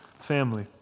family